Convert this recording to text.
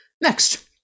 Next